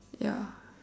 ya